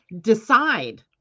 decide